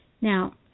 now